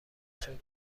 چون